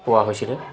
পোৱা হৈছিলে